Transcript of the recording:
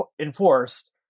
enforced